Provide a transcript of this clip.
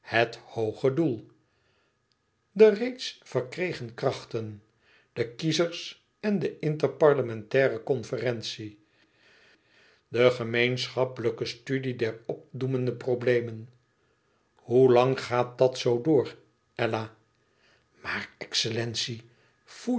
het hooge doel de reeds verkregen krachten de kiezers en de interparlementaire conferentie de gemeenschappelijke studie der opdoemende probleemen hoe lang gaat dat zoo door ella maar excellentie